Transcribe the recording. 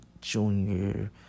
junior